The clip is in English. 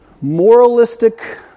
moralistic